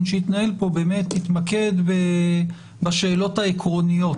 שיתנהל פה באמת יתמקדו בשאלות העקרוניות.